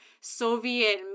Soviet